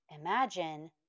imagine